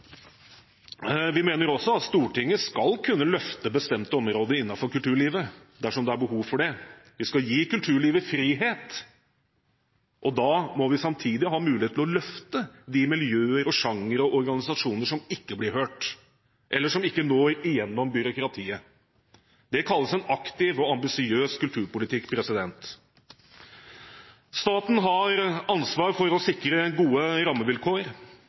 Vi mener også at Stortinget skal kunne løfte bestemte områder innenfor kulturlivet dersom det er behov for det. Vi skal gi kulturlivet frihet. Da må vi samtidig ha mulighet til å løfte de miljøer, genre og organisasjoner som ikke blir hørt, eller som ikke når gjennom byråkratiet. Det kalles en aktiv og ambisiøs kulturpolitikk. Staten har ansvar for å sikre gode rammevilkår.